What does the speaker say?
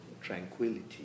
tranquility